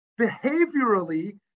behaviorally